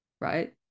right